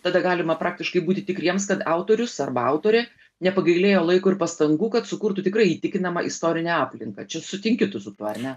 tada galima praktiškai būti tikriems kad autorius arba autorė nepagailėjo laiko ir pastangų kad sukurtų tikrai įtikinamą istorinę aplinką čia sutinki tu su tuo ar ne